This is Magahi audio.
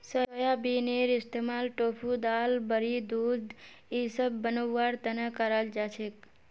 सोयाबीनेर इस्तमाल टोफू दाल बड़ी दूध इसब बनव्वार तने कराल जा छेक